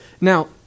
Now